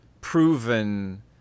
proven